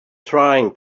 trying